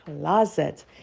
closet